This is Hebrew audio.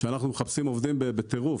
אנחנו מחפשים עובדים בטירוף.